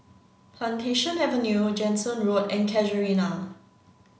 plantation Avenue Jansen Road and Casuarina